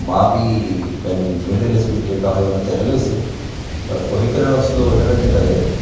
मां बि पंहिंजी मिडिल स्पीड जेका हुई हुन ते हलियुसि पर पोइ हिकु ॼणो सिलो हुजण जे करे